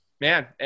man